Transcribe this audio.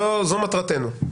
זו מטרתנו.